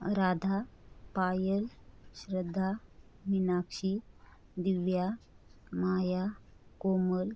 Radha Payal Shraddha Meenakshi Divya Maya Komal